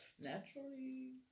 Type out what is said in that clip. Naturally